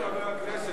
הכנסת